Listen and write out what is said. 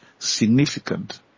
Significant